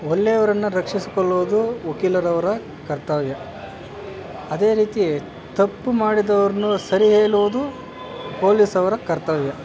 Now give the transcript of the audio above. ಒಳ್ಳೆಯವರನ್ನ ರಕ್ಷಿಸಿಕೊಳ್ಳುವುದು ವಕೀಲರವರ ಕರ್ತವ್ಯ ಅದೇ ರೀತಿ ತಪ್ಪು ಮಾಡಿದವ್ರನ್ನೂ ಸರಿ ಹೇಳುವುದು ಪೋಲಿಸವರ ಕರ್ತವ್ಯ